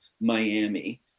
Miami